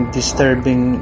disturbing